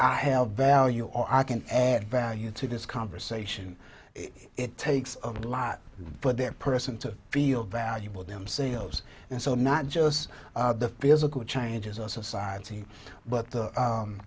i have value or i can add value to this conversation it takes a lot for their person to feel valuable themselves and so not just the physical changes our society but the